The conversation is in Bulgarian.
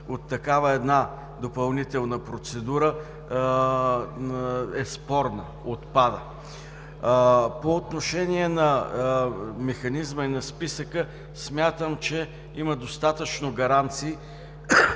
такава допълнителна процедура е спорна, отпада. По отношение на механизма и на списъка смятам, че има достатъчно гаранции